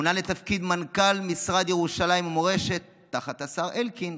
מונה למנכ"ל המשרד לירושלים ומורשת תחת השר אלקין,